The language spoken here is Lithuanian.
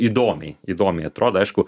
įdomiai įdomiai atrodo aišku